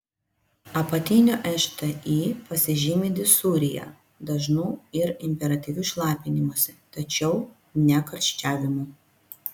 apatinių šti pasižymi dizurija dažnu ir imperatyviu šlapinimusi tačiau ne karščiavimu